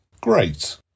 Great